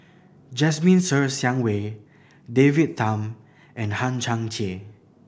Jasmine Ser Xiang Wei David Tham and Hang Chang Chieh